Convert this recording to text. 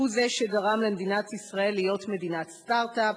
הוא שגרם למדינת ישראל להיות מדינת סטארט-אפ,